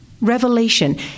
revelation